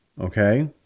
okay